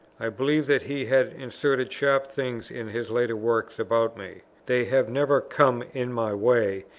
i believe that he has inserted sharp things in his later works about me. they have never come in my way,